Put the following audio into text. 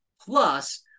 Plus